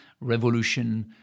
revolution